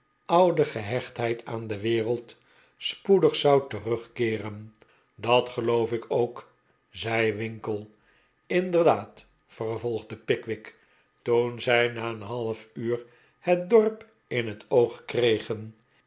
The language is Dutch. oude gehechtheid aan de wereld spoedig zou terugkeeren de pickwick club dat geloof ik ook zei winkle jnderdaad vervolgde pickwick toen zij na een half uur het dorp in het oog kregen